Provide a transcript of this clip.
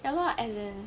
ya lah as in